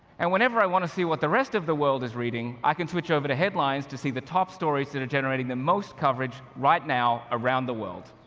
and whenever i want to see what the rest of the world is reading, i can switch over to headlines to see the top stories that are generating the most coverage right now, around the world.